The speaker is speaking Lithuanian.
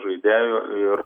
žaidėju ir